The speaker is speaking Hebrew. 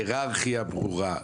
היררכיה ברורה,